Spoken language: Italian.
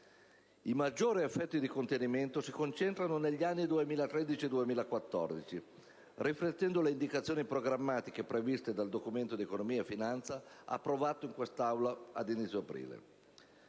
I maggiori effetti di contenimento si concentrano negli anni 2013 e 2014, riflettendo le indicazioni programmatiche previste dal Documento di economia e finanza approvato in quest'Aula ad inizio aprile.